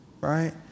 right